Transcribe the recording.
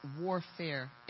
warfare